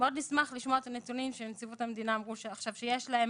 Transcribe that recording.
מאוד נשמח לשמוע את הנתונים שנציבות המדינה אמרו עכשיו שיש להם,